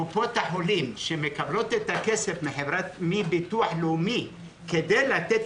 קופות החולים שמקבלות את הכסף מן הביטוח הלאומי כדי לתת